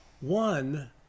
One